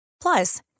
Plus